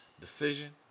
decision